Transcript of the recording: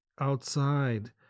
outside